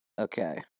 Okay